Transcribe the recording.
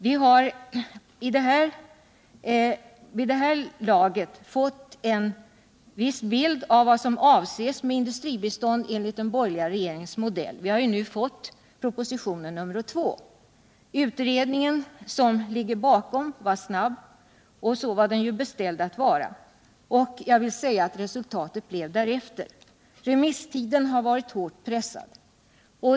Vi har vid det här laget fått en viss bild av vad som avses med industribistånd enligt den borgerliga regeringens modell — vi har ju nu fått proposition nr 2. Utredningen som ligger bakom var snabb — så var den beställd — och resultatet blev därefter. Remisstiden har varit hårt pressad.